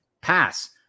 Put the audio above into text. Pass